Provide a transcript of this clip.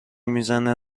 میزنه